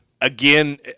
Again